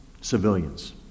Civilians